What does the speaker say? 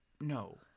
no